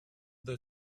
the